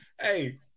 Hey